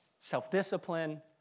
self-discipline